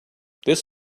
this